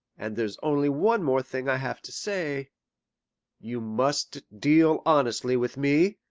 and there's only one more thing i have to say you must deal honestly with me.